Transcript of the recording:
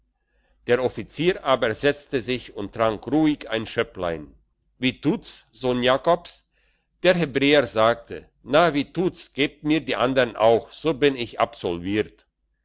der offizier aber setzte sich und trank ruhig ein schöpplein wie tut's sohn jakobs der hebräer sagte na wie tut's gebt mir die andern auch so bin ich absolviert